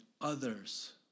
others